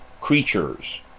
creatures